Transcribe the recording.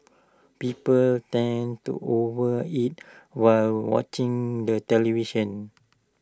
people tend to overeat while watching the television